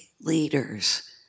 leaders